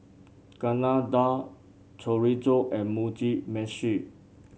Chana Dal Chorizo and Mugi Meshi